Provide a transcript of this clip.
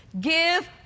Give